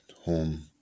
home